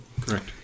Correct